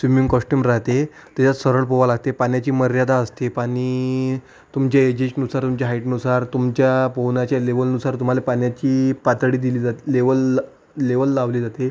swimming costume राहते त्याच्यात सरळ पोवा लागते पाण्याची मर्यादा असते पाणी तुमच्या एजेशनुसार तुमच्या हाईटनुसार तुमच्या पोहनाच्या लेवलनुसार तुम्हाला पाण्याची पातळी दिली जात लेवल लेवल लावली जाते